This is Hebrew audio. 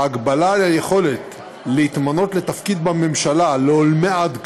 בהגבלה על היכולת להתמנות לתפקיד בממשלה לעולמי-עד,